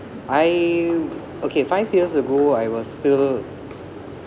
I okay five years ago I was still